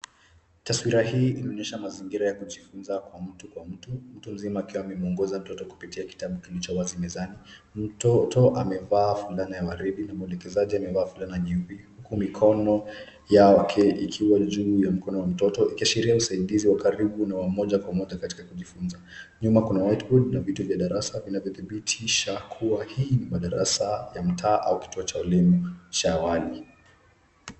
Taswira hii imeonyesha mazingira ya kujifunza kwa mtu kwa mtu. Mtu mzima akiwa amemwongoza mtoto kupitia kitabu kilicho wazi mezani. Mtoto amevaa fulana ya waridi na mwelekezaji amevaa fulana nyeupe, huku mikono yake ikiwa juu ya mikono wa mtoto. Ikiashiria usaidizi wa karibu na wa moja kwa moja katika kujifunza. Nyuma kuna watu na vitu vya darasa, vinavyodhibitisha kuwa hii ni madarasa ya mtaa au kituo cha elimu, cha awali.